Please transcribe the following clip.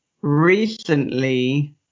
recently